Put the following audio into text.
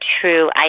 true